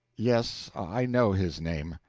yes, i know his name.